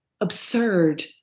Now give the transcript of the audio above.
absurd